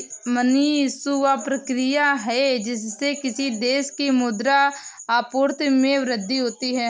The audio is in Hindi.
मनी इश्यू, वह प्रक्रिया है जिससे किसी देश की मुद्रा आपूर्ति में वृद्धि होती है